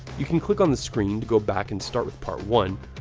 you can click on the screen to go back and start with part one,